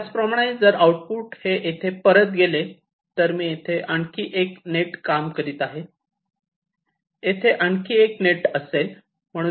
त्याचप्रमाणे जर आउटपुट हे येथे परत गेले तर तर मी येथे आणखी एक नेट काम करीत आहे येथे आणखी एक नेट असेल